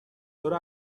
داره